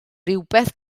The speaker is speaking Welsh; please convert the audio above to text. rywbeth